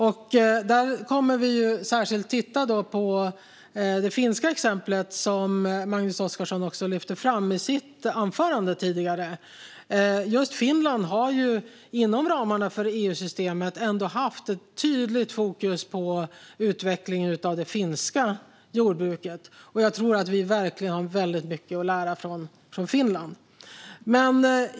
Vi kommer särskilt att titta på det finska exempel som Magnus Oscarsson lyfte fram i sitt anförande tidigare. Just Finland har inom ramarna för EU-systemet haft ett tydligt fokus på utvecklingen av det finska jordbruket. Jag tror verkligen att vi har mycket att lära från Finland.